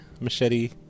machete